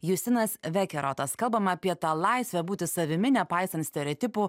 justinas vekerotas kalbame apie tą laisvę būti savimi nepaisant stereotipų